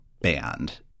band